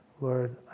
Lord